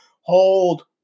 hold